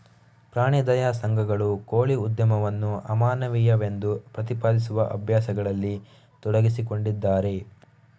ಪ್ರಾಣಿ ದಯಾ ಸಂಘಗಳು ಕೋಳಿ ಉದ್ಯಮವನ್ನು ಅಮಾನವೀಯವೆಂದು ಪ್ರತಿಪಾದಿಸುವ ಅಭ್ಯಾಸಗಳಲ್ಲಿ ತೊಡಗಿಸಿಕೊಂಡಿದ್ದಾರೆ